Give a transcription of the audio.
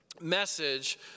message